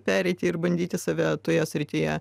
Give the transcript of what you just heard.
pereiti ir bandyti save toje srityje